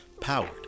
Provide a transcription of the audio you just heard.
Powered